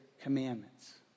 commandments